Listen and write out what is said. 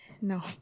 No